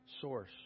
source